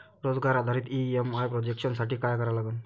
रोजगार आधारित EMI projection साठी का करा लागन?